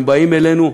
הם באים אלינו,